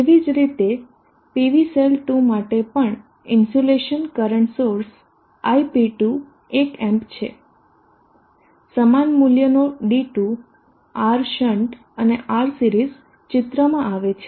તેવી જ રીતે PV સેલ 2 માટે પણ ઇન્સ્યુલેશન કરંટ સોર્સ Ip2 એક એમ્પ છે સમાન મૂલ્યનો D2 R શન્ટ અને R સિરીઝ ચિત્રમાં આવે છે